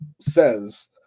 says